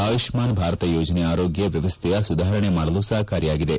ಆಯುಷ್ನಾನ್ ಭಾರತ ಯೋಜನೆ ಆರೋಗ್ಯ ವ್ಯವಸ್ವೆಯ ಸುಧಾರಣೆ ಮಾಡಲು ಸಹಕಾರಿಯಾಗಿದೆ